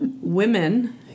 Women